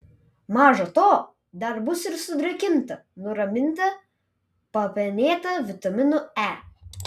maža to dar bus ir sudrėkinta nuraminta papenėta vitaminu e